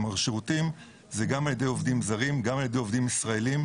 שירותים זה גם על ידי עובדים זרים וגם על ידי עובדים ישראליים.